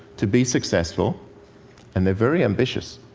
to be successful and they're very ambitious.